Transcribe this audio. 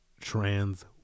trans